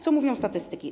Co mówią statystyki?